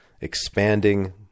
expanding